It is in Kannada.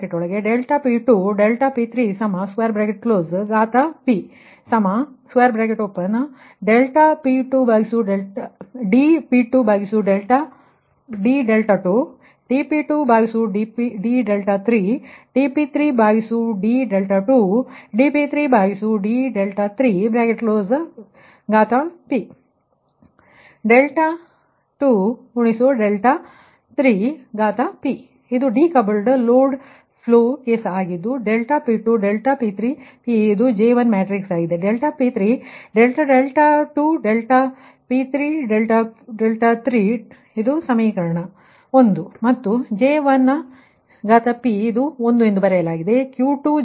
∆P2 ∆P3 dP2d2 dP2d3 dP3d2 dP3d3 ∆2 ∆3 ಇದು ಡಿಕೌಪ್ಲ್ಡ್ ಲೋಡ್ ಫ್ಲೋ ಕೇಸ್ ಆಗಿದ್ದು ∆P2 ∆P3P ಇದು J1ಮ್ಯಾಟ್ರಿಕ್ಸ್ ಆಗಿದೆ ∆P3 ∆2 ∆P3∆3 ಡೆಲ್ಟಾ ಇದು ಸಮೀಕರಣ 1 ಮತ್ತು J1 ಇದು 1 ಎಂದು ಬರೆಯಲಾಗಿದೆ